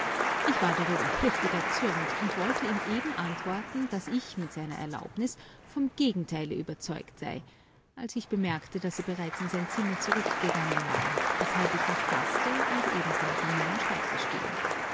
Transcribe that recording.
ich war darüber heftig erzürnt und wollte ihm eben antworten daß ich mit seiner erlaubnis vom gegenteile überzeugt sei als ich bemerkte daß er bereits in sein zimmer zurückgegangen war weshalb ich mich faßte und ebenfalls an meinen schreibtisch ging